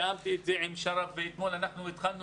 תיאמתי את זה עם שרף ואתמול התחלנו